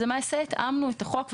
למעשה התאמנו את החוק.